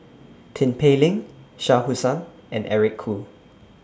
Tin Pei Ling Shah Hussain and Eric Khoo